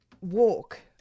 walk